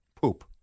Poop